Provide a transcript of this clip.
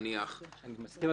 אני מסכים,